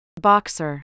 Boxer